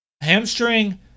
Hamstring